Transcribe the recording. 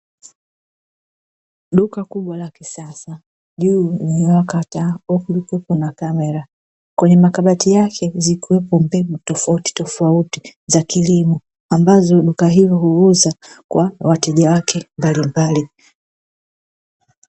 Duka kubwa la kisasa juu limewaka taa huku kukiwepo na kamera, kwenye makabati yake zikuwepo mbegu tofautitofauti za kilimo ambazo duka hilo huuza kwa wateja wake mbalimbali.